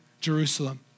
Jerusalem